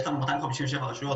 יש לנו 257 רשויות,